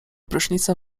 prysznicem